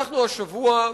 אנחנו השבוע,